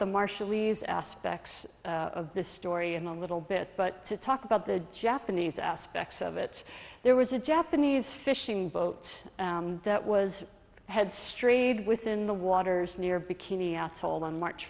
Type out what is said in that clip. the marshallese aspects of the story in a little bit but to talk about the japanese aspects of it there was a japanese fishing boat that was had strayed within the waters near bikini atoll on march